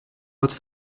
vote